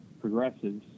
progressives